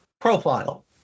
profile